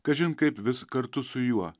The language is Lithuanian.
kažin kaip vis kartu su juo